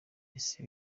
ese